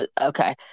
okay